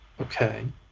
Okay